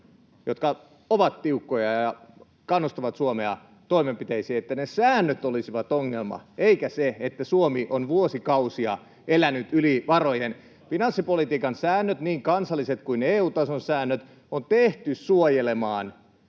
jotka ovat tiukkoja ja kannustavat Suomea toimenpiteisiin, olisivat ongelma eikä se, että Suomi on vuosikausia elänyt yli varojen. Finanssipolitiikan säännöt, niin kansalliset kuin EU-tason säännöt, on tehty suojelemaan